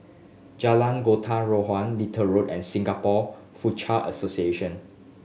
Jalan Little Road and Singapore Foochow Association